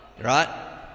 right